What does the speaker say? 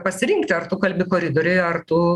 pasirinkti ar tu kalbi koridoriuje ar tu